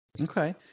Okay